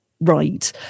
right